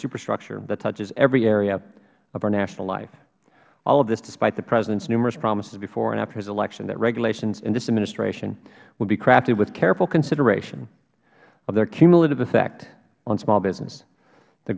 superstructure that touches every area of our national life all of this despite the presence of numerous promises before and after his election that regulations in this administration would be crafted with careful consideration of their cumulative effect on small business the